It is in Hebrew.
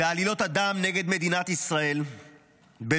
ועלילות הדם נגד מדינת ישראל בדורנו